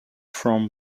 from